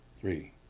three